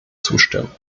zustimmen